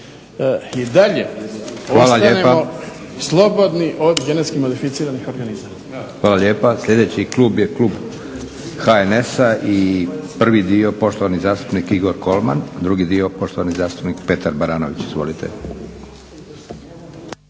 i dalje ostanemo slobodni od genetskim modificiranih organizama.